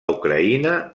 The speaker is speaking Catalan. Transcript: ucraïna